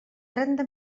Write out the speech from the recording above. trenta